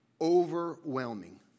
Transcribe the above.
overwhelming